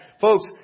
Folks